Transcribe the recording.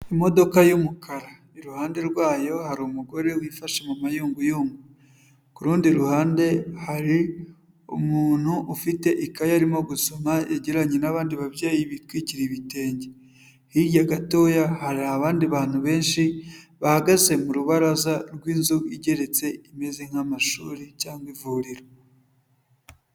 Imodoka y'umukara, iruhande rwayo hari umugore wifashe mu mayunguyu, ku rundi ruhande hari umuntu ufite ikaye arimo gusoma yagiranye n'abandi babyeyi bitwikira ibitenge. Hirya gatoya hari abandi bantu benshi bahagaze mu rubaraza rw'inzu igeretse imeze nk'amashuri cyangwa ivuriro.